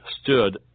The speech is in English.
stood